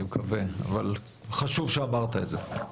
אבל חשוב שאמרת זאת.